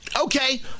Okay